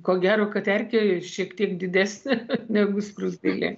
ko gero kad erkė šiek tiek didesnė negu skruzdėlė